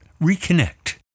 reconnect